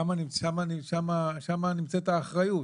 שם נמצאת האחריות.